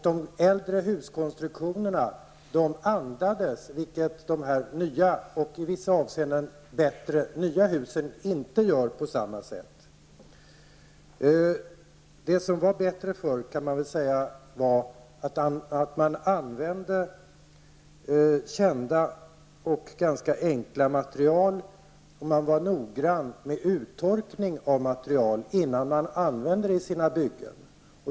De äldre huskonstruktionerna andas, vilket de nya och delvis bättre husen inte gör på samma sätt. Det som var bättre förr var att man använde kända och ganska enkla material, och man var nogrann med uttorkningen av materialet innan det användes.